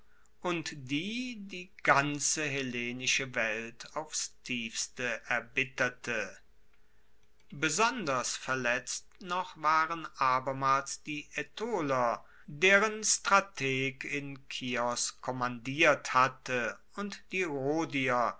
und die die ganze hellenische welt aufs tiefste erbitterte besonders verletzt noch waren abermals die aetoler deren strateg in kios kommandiert hatte und die rhodier